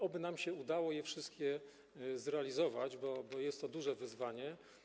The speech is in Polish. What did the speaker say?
Oby nam się udało je wszystkie zrealizować, bo jest to duże wyzwanie.